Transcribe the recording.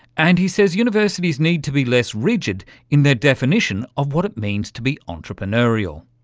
and he says universities need to be less rigid in their definition of what it means to be entrepreneurial.